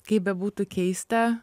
kaip bebūtų keista